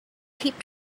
keep